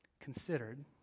considered